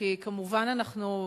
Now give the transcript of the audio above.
כי כמובן אנחנו,